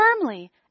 firmly